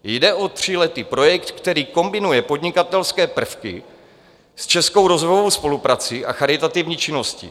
Jde o tříletý projekt, který kombinuje podnikatelské prvky s českou rozvojovou spoluprací a charitativní činností.